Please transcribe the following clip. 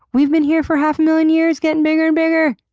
we've been here for half a million years getting bigggger and bigggger!